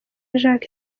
jack